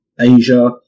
Asia